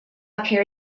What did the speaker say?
pier